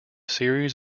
series